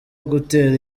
gutera